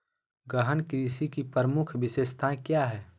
गहन कृषि की प्रमुख विशेषताएं क्या है?